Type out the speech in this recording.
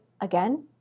again